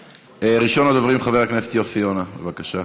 ראשון הדוברים, חבר הכנסת יוסי יונה, בבקשה.